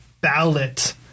ballot